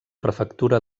prefectura